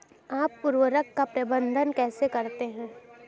आप उर्वरक का प्रबंधन कैसे करते हैं?